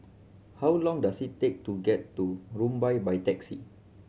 how long does it take to get to Rumbia by taxi